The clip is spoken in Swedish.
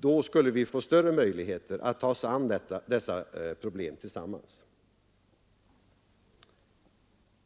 Då skulle vi få större möjligheter att ta oss an dessa problem tillsammans.